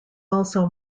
also